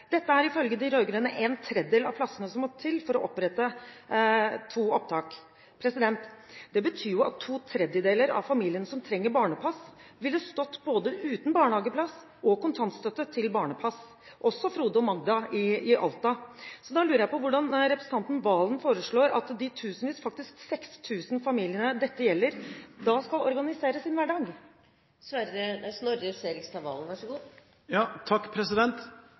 Dette er ifølge de rød-grønne en tredjedel av plassene som må til for å opprette to opptak. Det betyr at to tredjedeler av familiene som trenger barnepass, ville stått uten både barnehageplass og kontantstøtte til barnepass, også Ivar og Magda i Alta. Så da lurer jeg på hvordan representanten Serigstad Valen foreslår at de tusenvis av familiene – faktisk 6 000 – dette gjelder, skal organisere sin hverdag?